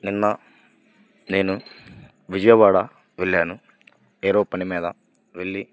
నిన్న నేను విజయవాడ వెళ్లాను ఏరో పని మీద వెళ్ళి